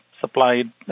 supplied